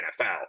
NFL